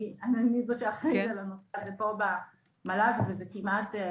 אני זאת שאחראית על הנושא הזה פה במל"ג וזה כמעט פול.